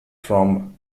from